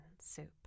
soup